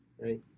Right